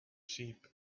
sheep